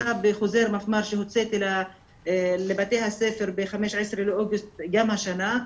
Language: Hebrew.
בחוזר מפמ"ר שהוצאתי לבתי הספר ב-15 באוגוסט גם השנה,